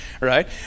right